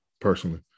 personally